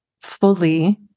fully